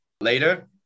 later